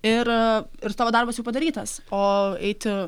ir ir tavo darbas jau padarytas o eiti